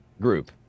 Group